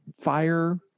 fire